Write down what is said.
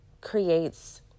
creates